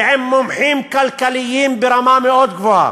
ועם מומחים כלכליים ברמה מאוד גבוהה.